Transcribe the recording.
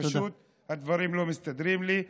פשוט הדברים לא מסתדרים לי.